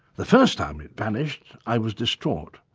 the first time it vanished i was distraught.